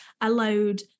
allowed